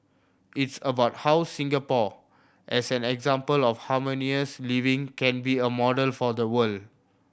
it's about how Singapore as an example of harmonious living can be a model for the world